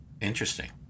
Interesting